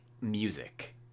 music